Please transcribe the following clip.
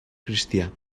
cristià